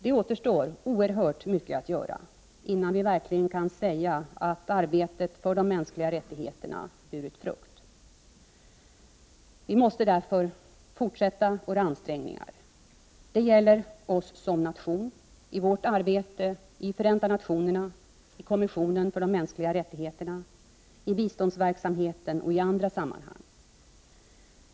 Det återstår oerhört mycket att göra innan vi verkligen kan säga att arbetet för de mänskliga rättigheterna har burit frukt. Vi måste fortsätta våra ansträngningar! Det gäller oss som nation — i vårt arbete i Förenta nationerna, i kommissionen för de mänskliga rättigheterna, i biståndsverksamheten och i andra sammanhang.